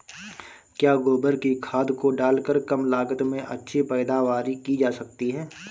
क्या गोबर की खाद को डालकर कम लागत में अच्छी पैदावारी की जा सकती है?